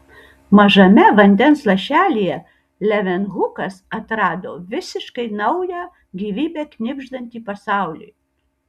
mažame vandens lašelyje levenhukas atrado visiškai naują gyvybe knibždantį pasaulį